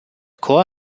chor